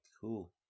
Cool